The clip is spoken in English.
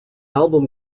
album